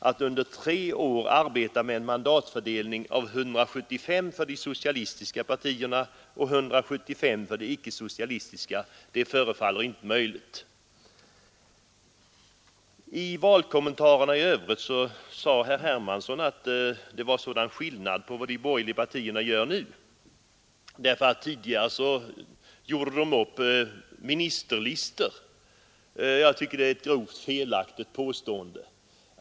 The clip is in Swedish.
Att under tre år arbeta med en mandatfördelning av 175 för de socialistiska partierna och 175 för de icke-socialistiska förefaller inte möjligt. I valkommentarerna i övrigt sade herr Hermansson att det var sådan skillnad på hur de borgerliga partierna agerar; tidigare gjorde de upp ministerlistor. Jag tycker att det är ett grovt felaktigt påstående.